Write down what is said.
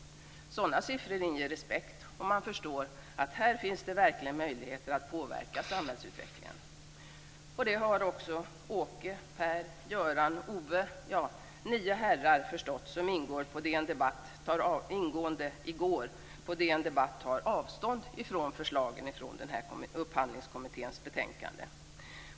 Sådana siffror inger respekt, och man förstår att det här verkligen finns möjligheter att påverka samhällsutvecklingen. Det har också Åke, Per, Göran, Owe - ja, nio herrar förstått som i går på DN Debatt tog avstånd från förslagen i Upphandlingskommitténs betänkande.